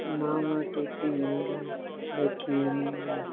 ਮਾਵਾਂ ਤੇ ਧੀਆਂ ਰਲ ਬੈਠੀਆਂ ਨੀ ਮਾਏਂ